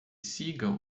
siga